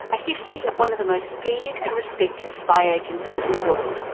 a history of one of the most feared and respected spy agencies in the world,